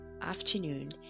afternoon